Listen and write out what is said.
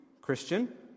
Christian